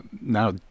now